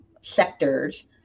sectors